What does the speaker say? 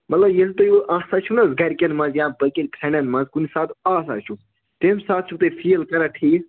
مطلب ییٚلہِ تُہۍ آسان چھُو نا حظ گَرِکٮ۪ن منٛز یا باقین فرینٛڈن منٛز کُنہِ ساتہٕ آسان چھُو تَمہِ ساتہٕ چھُو تُہۍ فیٖل کَران ٹھیٖک